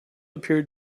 appeared